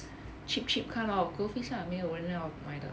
cheap cheap kind of goldfish ah 没有人要买的